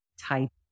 type